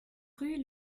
rue